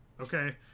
okay